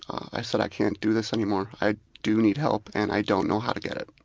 i said, i can't do this anymore. i do need help and i don't know how to get it.